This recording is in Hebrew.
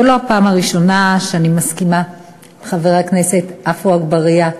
זו לא הפעם הראשונה שאני מסכימה עם חבר הכנסת עפו אגבאריה,